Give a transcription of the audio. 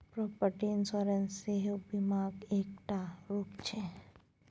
property insurance सेहो बीमाक एकटा रुप छै